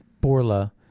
Borla